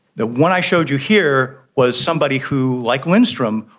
the one i showed you here was somebody who, like lindstrom,